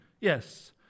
yes